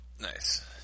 Nice